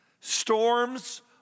Storms